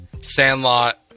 Sandlot